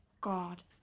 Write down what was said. God